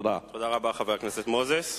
תודה רבה, חבר הכנסת מוזס.